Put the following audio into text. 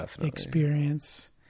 experience